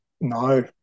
No